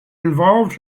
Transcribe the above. involved